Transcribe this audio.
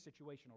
situational